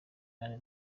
anne